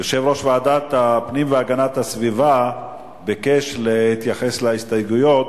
יושב-ראש ועדת הפנים והגנת הסביבה ביקש להתייחס להסתייגויות,